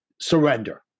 surrender